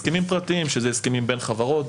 הסכמים פרטיים שזה הסכמים בין חברות,